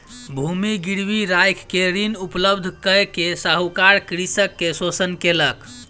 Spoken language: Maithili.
भूमि गिरवी राइख के ऋण उपलब्ध कय के साहूकार कृषक के शोषण केलक